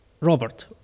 Robert